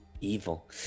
evil